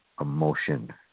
emotion